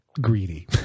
greedy